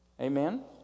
Amen